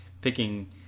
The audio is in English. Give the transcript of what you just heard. picking